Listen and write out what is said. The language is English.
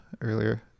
earlier